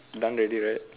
done already right